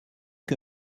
que